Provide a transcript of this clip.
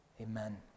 Amen